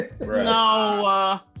no